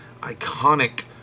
iconic